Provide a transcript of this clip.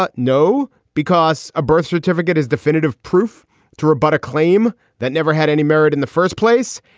ah no, because a birth certificate is definitive proof to rebut a claim that never had any merit in the first place.